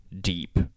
deep